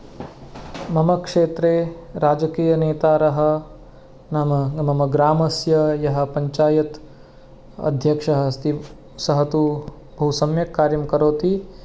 मम क्षेत्रे राजकीयनेतारः नाम मम ग्रामस्य यः पंचायत् अध्यक्षः अस्ति सः तु बहु सम्यक् कार्यं करोति